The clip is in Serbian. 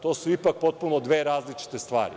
To su ipak potpuno dve različite stvari.